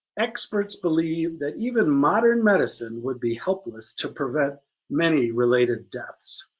experts believe that even modern medicine would be helpless to prevent many related deaths.